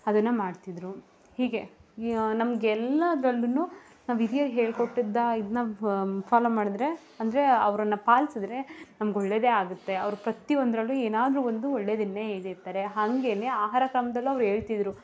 ಅದನ್ನು ಮಾಡ್ತಿದ್ದರು ಹೀಗೆ ನಮ್ಗೆಲ್ಲದ್ರಲ್ಲು ನಮ್ಮ ಹಿರಿಯರು ಹೇಳಿಕೊಟ್ಟದ್ದಾ ಇದನ್ನ ಫ ಫಾಲೋ ಮಾಡಿದ್ರೆ ಅಂದ್ರೆ ಅವರನ್ನ ಪಾಲಿಸಿದ್ರೆ ನಮ್ಗೆ ಒಳ್ಳೇದೆ ಆಗುತ್ತೆ ಅವ್ರು ಪ್ರತಿ ಒಂದರಲ್ಲು ಏನಾದರು ಒಂದು ಒಳ್ಳೇದನ್ನೇ ಹೇಳಿರ್ತಾರೆ ಹಾಗೇನೆ ಆಹಾರ ಕ್ರಮದಲ್ಲು ಅವ್ರು ಹೇಳ್ತಿದ್ದರು